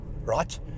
right